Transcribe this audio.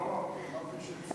לא אמרתי.